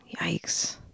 Yikes